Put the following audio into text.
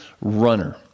runner